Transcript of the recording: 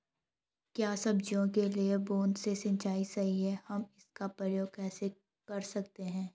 क्या सब्जियों के लिए बूँद से सिंचाई सही है हम इसका उपयोग कैसे कर सकते हैं?